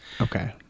Okay